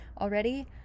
already